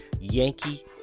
Yankee